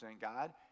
God